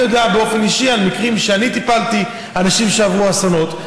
אני יודע באופן אישי על מקרים שבהם אני טיפלתי באנשים שעברו אסונות.